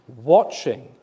watching